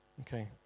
okay